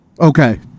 Okay